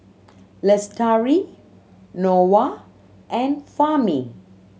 Lestari Noah and Fahmi